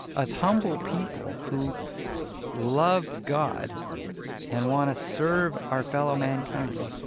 as humble people who love god and want to serve our fellow mankind.